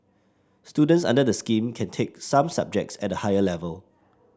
students under the scheme can take some subjects at a higher level